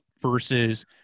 versus